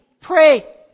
pray